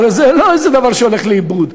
הרי זה לא איזה דבר שהולך לאיבוד.